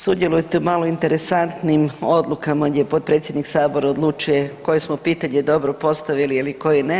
Sudjelujete u malo interesantnim odlukama gdje potpredsjednik Sabora odlučuje koje smo pitanje dobro postavili ili koje ne.